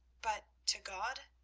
but to god?